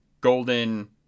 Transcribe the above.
golden